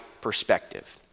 perspective